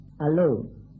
Alone